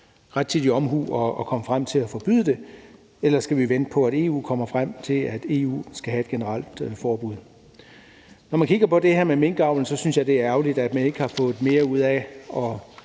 rettidig omhu at beslutte at forbyde det, for ellers skal vi vente på, at EU kommer frem til, at der skal være et generelt forbud i EU. Når man kigger på det her med minkavlen, synes jeg, det er ærgerligt, at man ikke har fået mere ud af